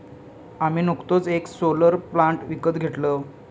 आम्ही नुकतोच येक सोलर प्लांट विकत घेतलव